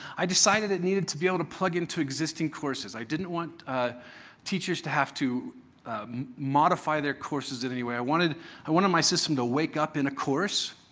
i decided it needed to be able to plug into existing courses. i didn't want teachers to have to modify their courses in any way. i wanted i wanted my system to wake up in a course,